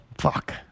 fuck